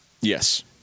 Yes